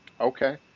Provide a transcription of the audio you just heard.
Okay